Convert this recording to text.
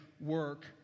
work